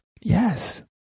Yes